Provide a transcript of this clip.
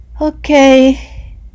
Okay